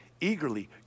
eagerly